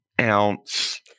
ounce